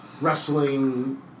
wrestling